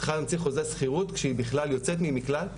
צריכה להמציא חוזה שכירות שהיא בכלל יוצאת ממקלט,